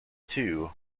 two